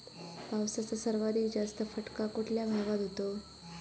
पावसाचा सर्वाधिक जास्त फटका कुठल्या भागात होतो?